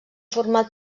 format